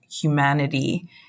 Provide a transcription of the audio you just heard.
humanity